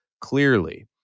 clearly